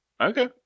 Okay